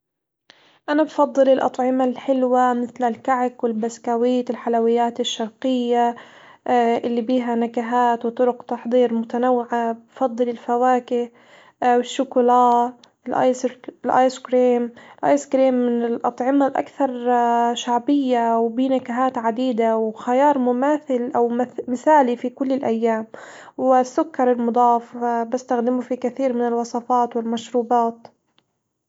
أنا بفضل الأطعمة الحلوة مثل الكعك والبسكويت الحلويات الشرقية اللي بيها نكهات وطرق تحضير متنوعة، بفضل الفواكه، الشوكولا، الآيس كريم، الآيس كريم من الأطعمة الأكثر شعبية وبه نكهات عديدة وخيار مماثل أو مثالي في كل الأيام، والسكر المضاف بستخدمه في كثير من الوصفات والمشروبات.